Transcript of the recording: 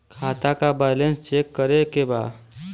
खाता का balance check करे के बा?